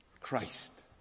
Christ